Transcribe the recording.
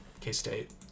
k-state